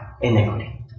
iniquity